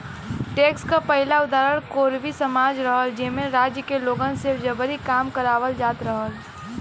tax क पहिला उदाहरण कोरवी समाज रहल जेमन राज्य के लोगन से जबरी काम करावल जात रहल